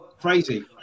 Crazy